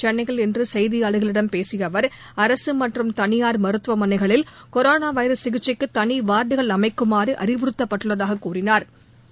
சென்னையில் இன்று செய்தியாளர்களிடம் பேசிய அவர் அரசு மற்றும் தனியார் மருத்துவமனைகளில் கொரோனா வைரஸ் சிகிச்சைக்கு தனி வார்டுகள் அமைக்குமாறு அறிவுறுத்தப்பட்டுள்ளதாகக் கூறினா்